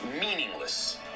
meaningless